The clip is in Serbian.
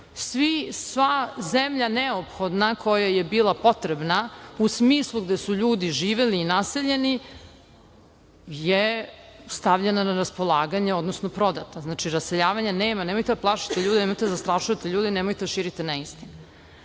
Sva zemlja koja je bila potrebna, u smislu gde su ljudi živeli i naseljeni, je stavljena na raspolaganje, odnosno prodata. Znači, raseljavanja nema, nemojte da plašite ljude, nemojte da zastrašujete ljude i nemojte da širite neistine. To